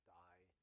die